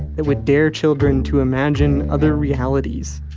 that would dare children to imagine other realities,